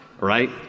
right